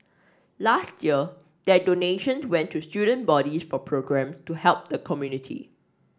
last year their donation the went to student bodies for programme to help the community